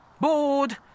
Bored